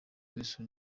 nguesso